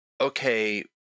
okay